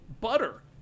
Butter